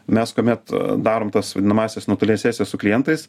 mes kuomet darom tas vadinamąsias nuotoles sesijas su klientais